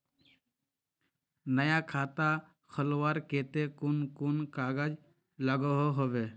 नया खाता खोलवार केते कुन कुन कागज लागोहो होबे?